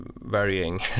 varying